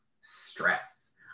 stress